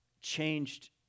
changed